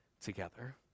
together